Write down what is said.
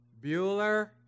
Bueller